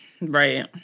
right